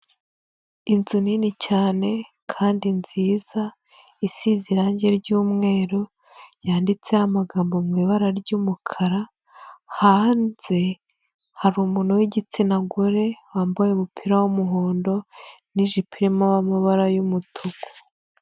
Inzu nini cyane kandi nziza isize irangi ry'umweru yanditseho amagambo mu ibara ry'umukara, hanze hari umuntu w'igitsina gore wambaye umupira w'umuhondo n'ijipo irimo amabara y'umutuku.